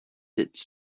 its